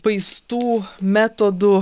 vaistų metodų